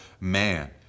man